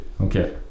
Okay